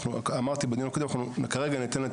אמרתי בדיון הקודם שכרגע ניתן את